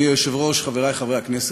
אדוני היושב-ראש, חברי חברי הכנסת,